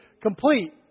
complete